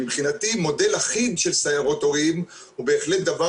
מבחינתי מודל אחיד של סיירות הורים הוא בהחלט דבר